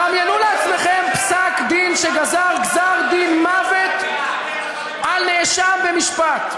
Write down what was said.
דמיינו לעצמכם פסק-דין שגזר גזר-דין מוות על נאשם במשפט,